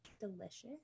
delicious